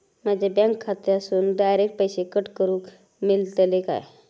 माझ्या बँक खात्यासून डायरेक्ट पैसे कट करूक मेलतले काय?